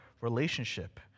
relationship